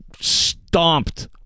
stomped